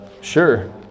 Sure